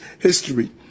history